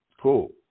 cool